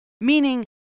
meaning